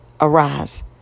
arise